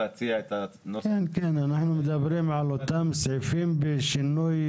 אנחנו מדברים על אותם סעיפים בשינויי